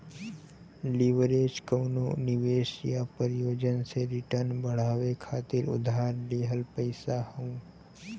leverage कउनो निवेश या परियोजना से रिटर्न बढ़ावे खातिर उधार लिहल पइसा हौ